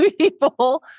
people